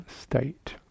state